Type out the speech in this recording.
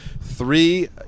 three